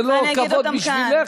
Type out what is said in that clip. זה לא כבוד בשבילך,